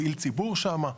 פעיל ציבור שם,